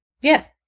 Yes